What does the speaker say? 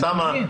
אוסאמה.